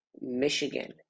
Michigan